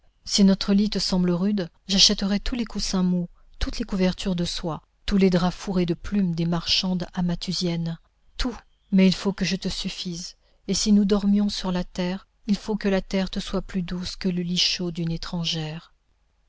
si notre lit te semble rude j'achèterai tous les coussins mous toutes les couvertures de soie tous les draps fourrés de plumes des marchandes amathusiennes tout mais il faut que je te suffise et si nous dormions sur la terre il faut que la terre te soit plus douce que le lit chaud d'une étrangère